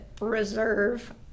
reserve